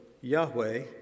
Yahweh